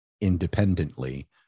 independently